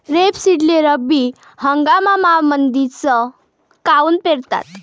रेपसीडले रब्बी हंगामामंदीच काऊन पेरतात?